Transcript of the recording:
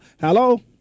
Hello